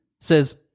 says